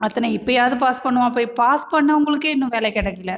அத்தனை இப்போயாவது பாஸ் பண்ணுவோம் அப்படி பாஸ் பண்ணவங்களுக்கே இன்னும் வேலை கிடைக்கல